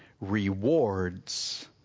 rewards